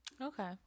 Okay